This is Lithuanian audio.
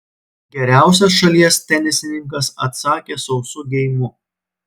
geriausias šalies tenisininkas atsakė sausu geimu